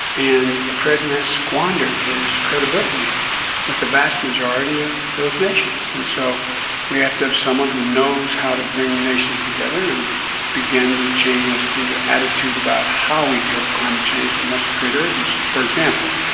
and the president has squandered his credibility with the vast majority of those nations. and so we have to have someone who knows how to bring nations together and begin to change the attitude about how we deal with climate change with much great urgency, for example,